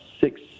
six